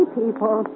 people